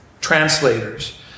translators